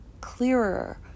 clearer